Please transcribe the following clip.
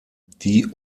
die